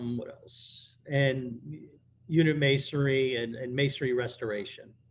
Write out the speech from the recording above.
um what else? and unit masonry and and masonry restoration.